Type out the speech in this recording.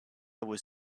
was